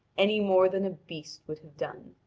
any more than a beast would have done.